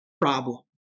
problem